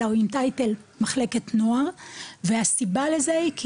אלא הוא עם טייטל מחלקת נוער והסיבה לזה היא כי